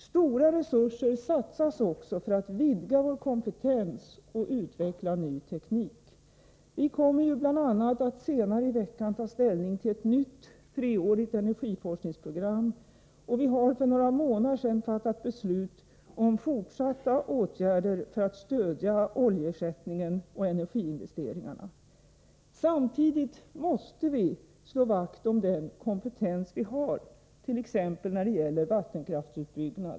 Stora resurser satsas också för att vidga vår kompetens och utveckla ny teknik. Vi kommer ju bl.a. att senare i veckan ta ställning till ett nytt treårigt energiforskningsprogram, och vi har för några månader sedan fattat beslut om fortsatta åtgärder för att stödja oljeersättningen och energiinvesteringarna. Samtidigt måste vi slå vakt om den kompetens vi har t.ex. när det gäller vattenkraftsutbyggnad.